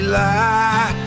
lie